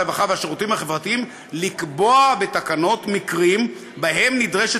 הרווחה והשירותים החברתיים לקבוע בתקנות מקרים שבהם נדרשת